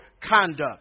conduct